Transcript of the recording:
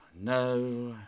no